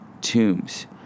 tombs